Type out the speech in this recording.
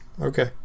Okay